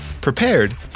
prepared